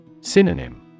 Synonym